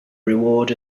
reward